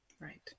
Right